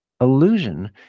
Illusion